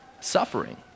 suffering